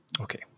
Okay